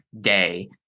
day